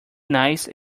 nice